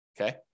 Okay